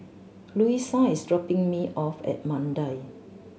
Louisa is dropping me off at Mandai